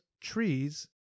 trees